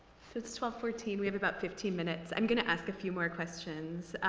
it's twelve fourteen. we have about fifteen minutes. i'm going ask a few more questions.